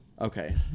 Okay